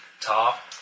top